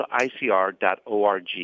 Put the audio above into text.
icr.org